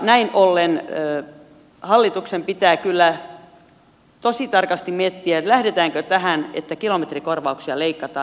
näin ollen hallituksen pitää kyllä tosi tarkasti miettiä lähdetäänkö tähän että kilometrikorvauksia leikataan